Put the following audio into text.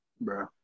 Bro